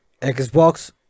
Xbox